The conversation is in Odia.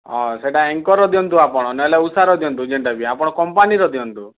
ହଁ ସେଇଟା ଏଙ୍କର୍ ର ଦିଅନ୍ତୁ ଆପଣ ନ ହେଲେ ଉଷାର ଦିଅନ୍ତୁ ଯେନ୍ତା କି ଆପଣ କମ୍ପାନୀର ଦିଅନ୍ତୁ